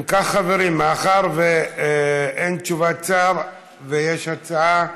אם כך, חברים, מאחר שאין תשובת שר, יש הצעה,